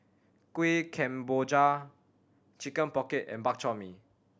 Kueh Kemboja Chicken Pocket and Bak Chor Mee